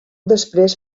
després